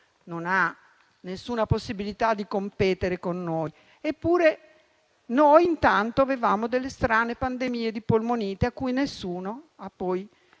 non abbia alcuna possibilità di competere con noi). Eppure noi intanto avevamo strane pandemie di polmonite a cui nessuno ha poi